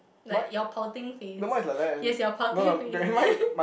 like your pouting face he has your pouting face